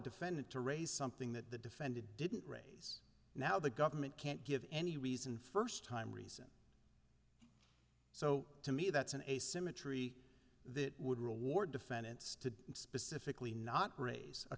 defendant to raise something that the defendant didn't raise now the government can't give any reason first time reason so to me that's an asymmetry that would reward defendants to specifically not raise a